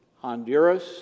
Honduras